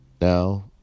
now